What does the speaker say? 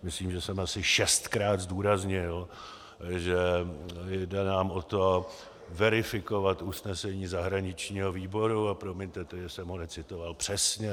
Myslím, že jsem asi šestkrát zdůraznil, že jde o to verifikovat usnesení zahraničního výboru, a promiňte, že jsem ho necitoval přesně.